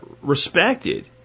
respected